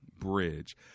bridge